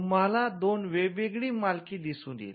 तुम्हाला दोन वेगवेगळी मालकी दिसून येईल